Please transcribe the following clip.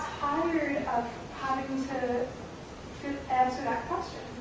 tired of having to to answer that question.